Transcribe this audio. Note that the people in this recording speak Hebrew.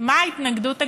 מה ההתנגדות הגדולה,